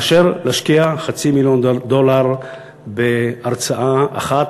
מאשר להשקיע חצי מיליון דולר בהרצאה אחת,